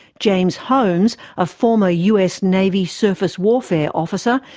james holmes, a former us navy surface warfare officer,